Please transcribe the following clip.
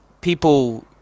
people